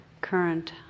current